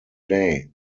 day